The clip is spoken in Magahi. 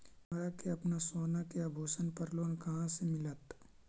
हमरा के अपना सोना के आभूषण पर लोन कहाँ से मिलत?